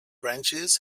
branches